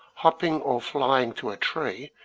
hopping or flying to a tree,